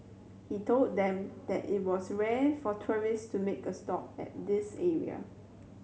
he told them that it was rare for tourists to make a stop at this area